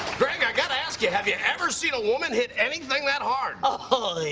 greg, i gotta ask you, have you ever seen a woman hit anything that hard? ohh,